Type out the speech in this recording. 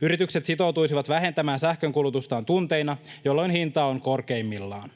Yritykset sitoutuisivat vähentämään sähkönkulutustaan tunteina, jolloin hinta on korkeimmillaan.